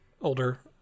older